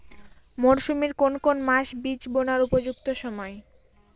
মরসুমের কোন কোন মাস বীজ বোনার উপযুক্ত সময়?